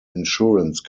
insurance